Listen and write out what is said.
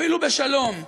אפילו בשלום,